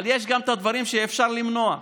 אבל יש גם את הדברים שאפשר למנוע,